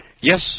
Yes